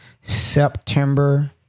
September